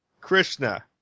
Krishna